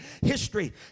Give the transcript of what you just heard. history